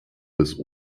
bis